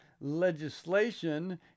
legislation